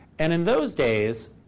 and in those days,